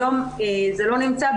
היום זה לא נמצא,